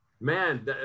man